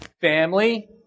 family